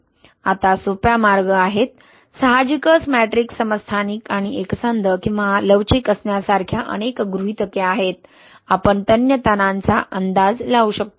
आता सोप्या मार्ग आहेत साहजिकच मॅट्रिक्स समस्थानिक आणि एकसंध किंवा लवचिक असण्यासारख्या अनेक गृहीतके आहेत आपण तन्य ताणांचा अंदाज लावू शकतो